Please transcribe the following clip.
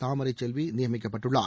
தாமரைச் செல்வி நியமிக்கப்பட்டுள்ளார்